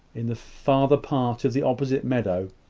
in the farther part of the opposite meadow,